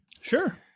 Sure